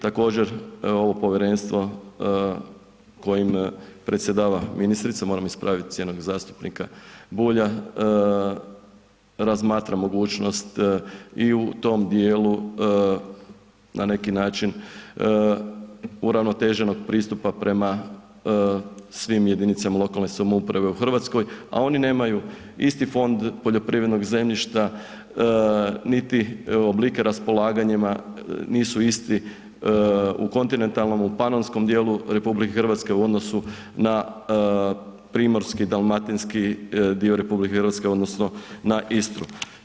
Također, ovo Povjerenstvo kojim predsjedava ministrica, moram ispraviti cijenjenog zastupnika Bulja, razmatra mogućnost u i tom dijelu na neki način uravnoteženog pristupa prema svim jedinicama lokalne samouprave u Hrvatskoj, a oni nemaju isti fond poljoprivrednog zemljišta niti oblike raspolaganjima nisu isti u kontinentalnom, u panonskom dijelu RH, u odnosu na primorski, dalmatinski dio RH odnosno na Istru.